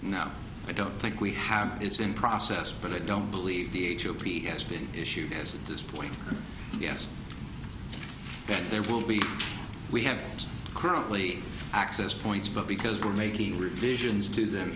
now i don't think we have it in process but i don't believe the h o p has been issued as at this point yes there will be we have currently access points but because we're making revisions to them